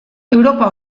europa